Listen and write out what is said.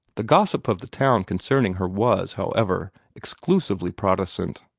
the gossip of the town concerning her was, however, exclusively protestant.